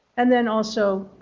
and then also,